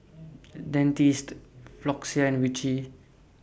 Dentiste Floxia and Vichy